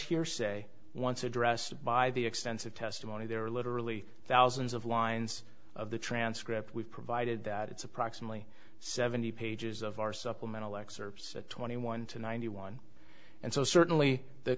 hearsay once addressed by the extensive testimony there are literally thousands of lines of the transcript we've provided that it's approximately seventy pages of our supplemental excerpts twenty one to ninety one and so certainly the